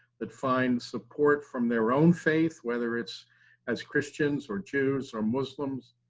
that find support from their own faith whether it's as christians or jews or muslims.